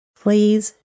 please